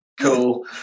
cool